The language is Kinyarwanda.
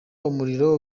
umuriro